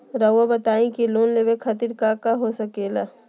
रउआ बताई की लोन लेवे खातिर काका हो सके ला?